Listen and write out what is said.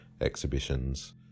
exhibitions